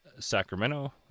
sacramento